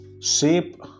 Shape